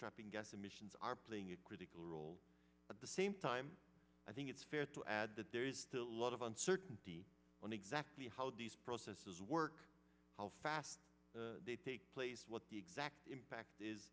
trapping gas emissions are playing a critical role at the same time i think it's fair to add that there is still a lot of uncertainty on exactly how these processes work how fast they take place what the exact impact is